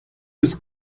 eus